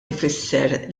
ifisser